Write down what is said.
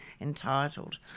entitled